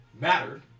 mattered